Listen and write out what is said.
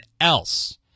else